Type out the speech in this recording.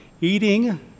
Eating